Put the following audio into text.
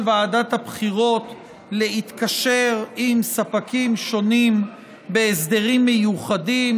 ועדת הבחירות להתקשר עם ספקים שונים בהסדרים מיוחדים,